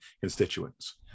constituents